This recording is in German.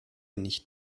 nicht